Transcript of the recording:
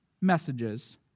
messages